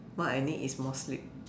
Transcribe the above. what I need is more sleep